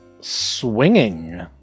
swinging